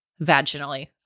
vaginally